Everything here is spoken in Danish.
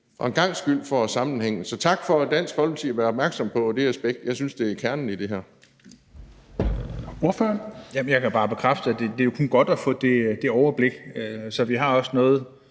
for en gangs skyld får sammenhængen. Så tak til Dansk Folkeparti for at være opmærksom på det aspekt. Jeg synes, det er kernen i det her.